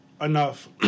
enough